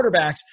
quarterbacks